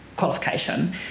qualification